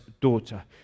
daughter